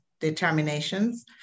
determinations